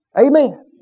Amen